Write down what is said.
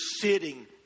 sitting